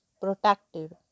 protected